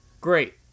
great